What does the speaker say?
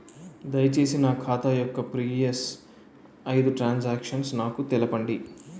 దయచేసి నా ఖాతా యొక్క ప్రీవియస్ ఐదు ట్రాన్ సాంక్షన్ నాకు చూపండి